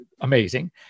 amazing